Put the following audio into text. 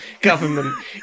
government